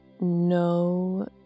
No